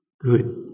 good